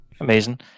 Amazing